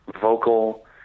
vocal